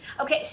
Okay